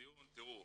תראו,